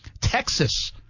Texas